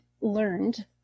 learned